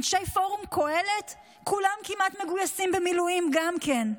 אנשי פורום קהלת כולם כמעט מגויסים למילואים גם כן.